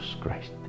Christ